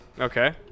Okay